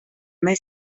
mai